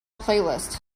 playlist